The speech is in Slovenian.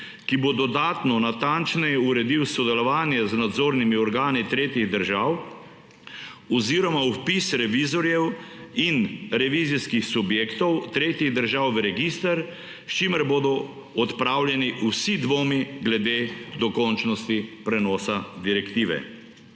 ki bo dodatno natančneje uredil sodelovanje z nadzornimi organi tretjih držav oziroma vpis revizorjev in revizijskih subjektov tretjih držav v register, s čimer bodo odpravljeni vsi dvomi glede dokončnosti prenosa direktive.